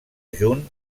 junt